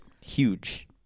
Huge